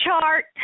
chart